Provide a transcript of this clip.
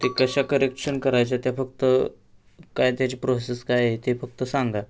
ते कशा करेक्शन करायच्या त्या फक्त काय त्याची प्रोसेस काय आहे ते फक्त सांगा